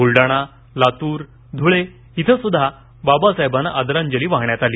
बुलडाणा लातूर धुळे येथेही बाबासाहेबांना आदरांजली वाहण्यात आली